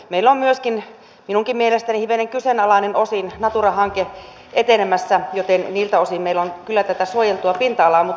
meillä on myöskin minunkin mielestäni osin hivenen kyseenalainen natura hanke etenemässä joten niiltä osin meillä on kyllä tätä suojeltua pinta alaa